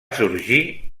sorgir